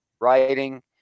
writing